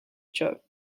cho